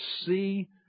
see